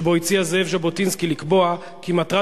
שבו הציע זאב ז'בוטינסקי לקבוע כי מטרת